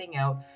out